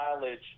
mileage